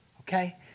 Okay